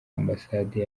ambasade